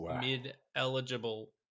mid-eligible